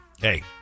Hey